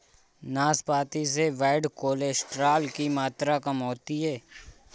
नाशपाती से bad cholesterol की मात्रा कम होती है